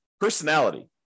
personality